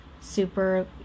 super